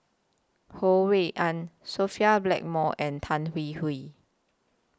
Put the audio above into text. Ho Rui An Sophia Blackmore and Tan Hwee Hwee